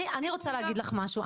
אני רוצה להגיד לך משהו,